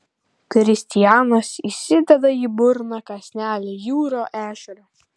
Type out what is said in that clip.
kristijanas įsideda į burną kąsnelį jūrų ešerio